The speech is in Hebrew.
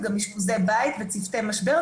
אשפוזי בית וצוותי משבר.